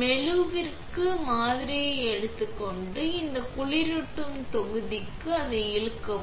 மெகுவிற்கு மாதிரியை எடுத்துக் கொண்டு இந்த குளிரூட்டும் தொகுதிக்கு அதை இழுக்கவும்